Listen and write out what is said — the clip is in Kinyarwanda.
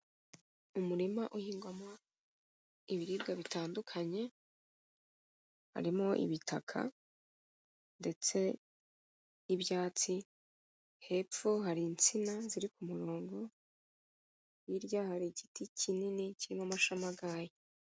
Umurima uhingwamo ibiribwa bitandukanye, harimo ibitaka ndetse n'ibyatsi, hepfo hari insina ziri ku murongo, hirya hari igiti kinini kirimo amashami agaye.